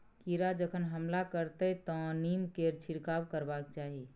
कीड़ा जखन हमला करतै तँ नीमकेर छिड़काव करबाक चाही